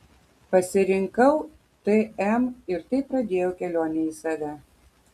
pasirinkau tm ir taip pradėjau kelionę į save